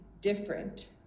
different